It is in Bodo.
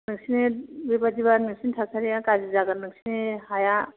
नोंसोरनि बेबायदिबा नोंसोरनि थासारिया गाज्रि जागोन नोंसोरनि हाया